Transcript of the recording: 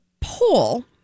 poll